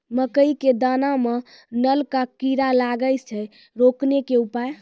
मकई के दाना मां नल का कीड़ा लागे से रोकने के उपाय?